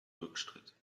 rückschritt